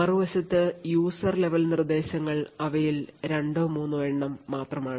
മറുവശത്ത് user level നിർദ്ദേശങ്ങൾ അവയിൽ രണ്ടോ മൂന്നോ എണ്ണം മാത്രമാണ്